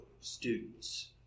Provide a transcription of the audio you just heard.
students